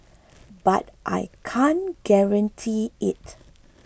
but I can't guarantee it